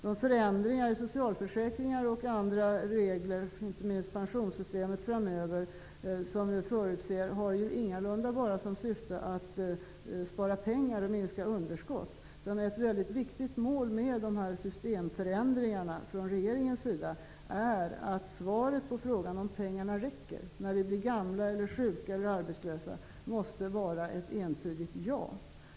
De förändringar i socialförsäkringar och andra regler, inte minst pensionssystemet, som vi förutser framöver har ingalunda bara som syfte att spara pengar och minska underskott. Ett väldigt viktigt mål med systemförändringarna från regeringens sida är att svaret på frågan om pengarna räcker, när vi blir gamla eller sjuka eller arbetslösa, måste vara ett entydigt ja.